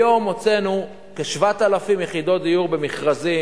היום הוצאנו כ-7,000 יחידות דיור במכרזים.